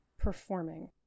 performing